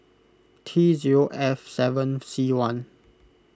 T zero F seven C one